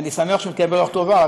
אני שמח שהוא מתקיים ברוח טובה,